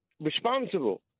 responsible